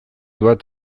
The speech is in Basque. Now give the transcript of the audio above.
bat